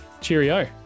Cheerio